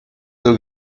ses